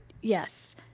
yes